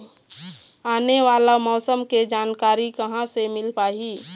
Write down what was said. आने वाला मौसम के जानकारी कहां से मिल पाही?